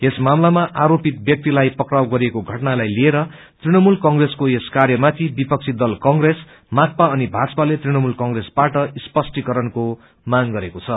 यस मामलामा आरोपित व्यक्तिलाई पक्राउ गरएिको घटनालाई लिएर तृणमूल कंप्रेसको यस कार्यमाथि विपक्षी दल कंप्रेस माकपा अनि भाजपाले तृणमूल कंप्रेसबाट स्पष्टीकरणको माग गरेको छ